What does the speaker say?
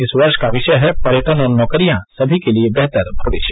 इस वर्ष का विषय है पर्यटन और नौकरियां सभी के लिए बेहतर भविष्य